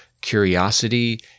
curiosity